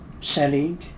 selling